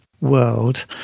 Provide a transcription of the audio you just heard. world